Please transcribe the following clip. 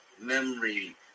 memory